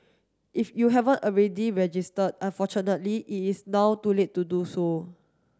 if you haven't already registered unfortunately it is now too late to do so